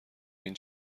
این